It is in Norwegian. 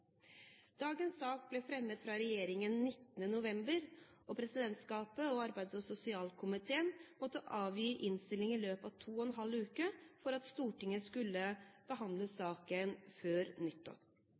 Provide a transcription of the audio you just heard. Dagens sak ble fremmet av regjeringen den 19. november, og presidentskapet og arbeids- og sosialkomiteen måtte avgi innstilling i løpet av to og en halv uke, slik at Stortinget skulle kunne behandle